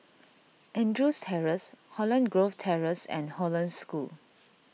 Andrews Terrace Holland Grove Terrace and Hollandse School